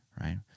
right